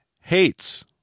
hates